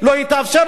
אז מה?